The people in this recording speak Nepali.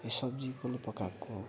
यो सब्जी कसले पकाएको